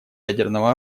ядерного